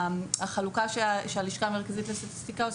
שהחלוקה שעושה הלשכה המרכזית לסטטיסטיקה,